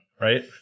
right